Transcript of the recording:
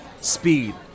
speed